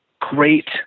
great